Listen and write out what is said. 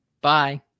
Bye